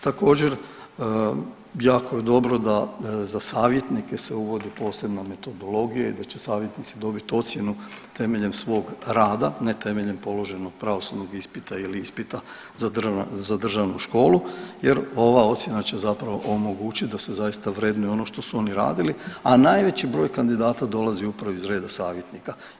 Također jako je dobro da za savjetnike se uvodi posebna metodologija i da će savjetnici dobiti ocjenu temeljem svog rada, ne temeljem položenog pravosudnog ispita ili ispita za državnu školu jer ova ocjena će zapravo omogućit da se zaista vrednuje ono što su oni radili, a najveći broj kandidata dolazi upravo iz reda savjetnika.